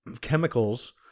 chemicals